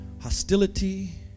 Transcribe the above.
hostility